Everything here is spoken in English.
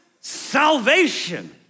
salvation